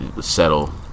settle